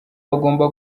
bagomba